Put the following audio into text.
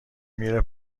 میره